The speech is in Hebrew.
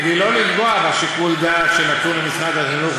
כדי לא לפגוע בשיקול הדעת שנתון למשרד החינוך,